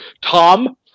Tom